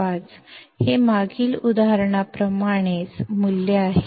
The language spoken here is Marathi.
05 हे मागील उदाहरणाप्रमाणेच मूल्य आहे